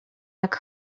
jak